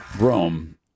rome